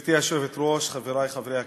גברתי היושבת-ראש, חברי חברי הכנסת,